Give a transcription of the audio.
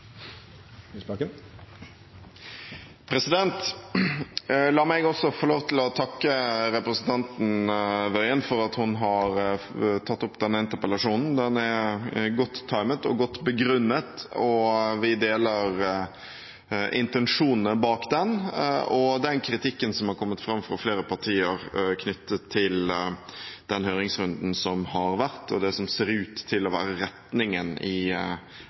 statsråden. La meg også få lov til å takke representanten Tingelstad Wøien for at hun har tatt opp denne interpellasjonen. Den er godt timet og godt begrunnet, og vi deler intensjonene bak den og den kritikken som har kommet fram fra flere partier knyttet til den høringsrunden som har vært, og det som ser ut til å være retningen i